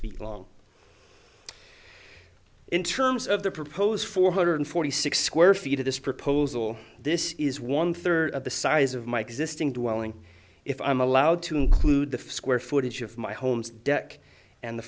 feet long in terms of the proposed four hundred forty six square feet of this proposal this is one third of the size of my existing dwelling if i'm allowed to include the square footage of my home's deck and the